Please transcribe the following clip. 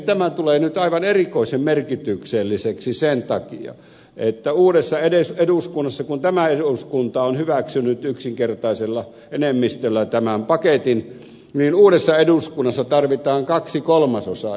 tämä tulee nyt aivan erikoisen merkitykselliseksi sen takia että uudessa eduskunnassa kun tämä eduskunta on hyväksynyt yksinkertaisella enemmistöllä tämän paketin tarvitaan kahden kolmasosan enemmistö